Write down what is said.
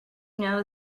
know